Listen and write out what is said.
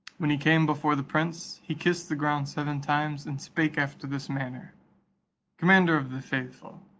when he came before the prince, he kissed the ground seven times, and spake after this manner commander of the faithful,